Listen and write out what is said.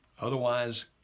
otherwise